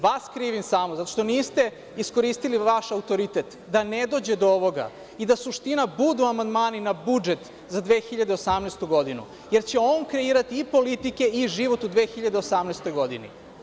Vas krivim samo, zato što niste iskoristili vaš autoritet, da ne dođe do ovoga i da suština budu amandmani na budžet za 2018. godinu, jer će on kreirati i politike i život u 2018. godini.